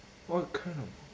what kind of